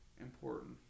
important